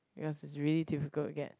because is really difficult to get